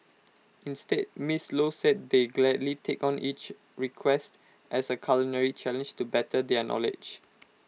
instead miss low said they gladly take on each request as A culinary challenge to better their knowledge